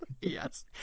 Yes